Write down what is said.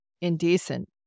indecent